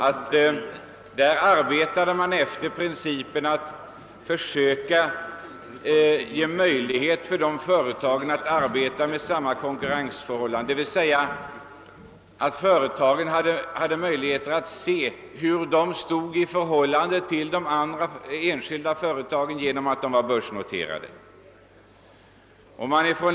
Där tillämpade man principen att försöka ge dessa företag förutsättningar att arbeta under likartade konkurrensförhållanden, d. v. s. att företagen hade möjlighet att bedöma sin ställning i förhållande till de enskilda företagen genom att de var börsnoterade.